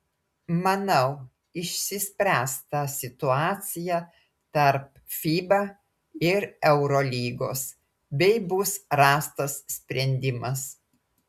manau išsispręs ta situacija tarp fiba ir eurolygos bei bus rastas sprendimas